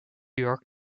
york